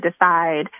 decide